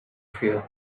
fear